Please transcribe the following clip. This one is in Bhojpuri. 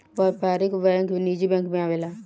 व्यापारिक बैंक निजी बैंक मे आवेला